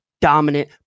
dominant